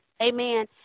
Amen